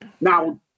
Now